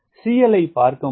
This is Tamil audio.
CL ஐ பார்க்க முடியாது